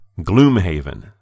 Gloomhaven